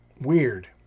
Weird